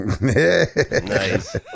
Nice